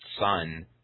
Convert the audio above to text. son